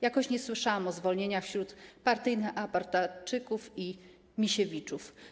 Jakoś nie słyszałam o zwolnieniach wśród partyjnych aparatczyków i Misiewiczów.